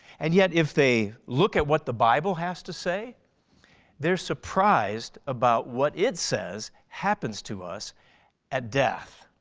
and yet if they look at what the bible has to say they are surprised about what it says happens to us at death.